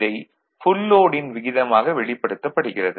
இதை full load ன் விகிதமாக வெளிப்படுத்தப்படுகிறது